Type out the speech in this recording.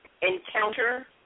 encounter